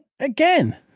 again